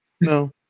No